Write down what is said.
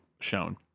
shown